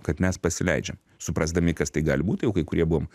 kad mes pasileidžiam suprasdami kas tai gali būt jau kai kurie buvom